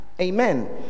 Amen